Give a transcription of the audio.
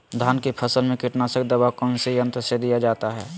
धान की फसल में कीटनाशक दवा कौन सी यंत्र से दिया जाता है?